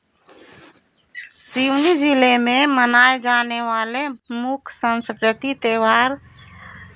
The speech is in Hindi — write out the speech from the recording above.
सिवनी जिले में मनाए जाने वाले मुख्य सांस्कृतिक त्यौहार